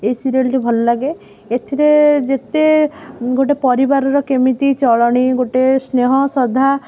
ଏଇ ସିରିଏଲଟି ଭଲ ଲାଗେ ଏଥିରେ ଯେତେ ଗୋଟେ ପରିବାରର କେମିତି ଚଳଣି ଗୋଟେ ସ୍ନେହ ଶ୍ରଦ୍ଧା